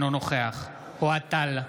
אינו נוכח אוהד טל,